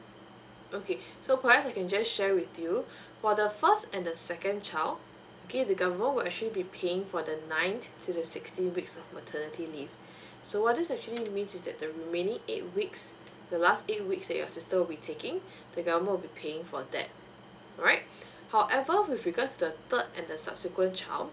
okay so perhaps I can just share with you for the first and the second child okay the government will actually be paying for the ninth to the sixteen weeks of maternity leave so what this actually means is that the remaining eight weeks the last eight weeks that your sister will be taking the government will be paying for that alright however with regards to the third and the subsequent child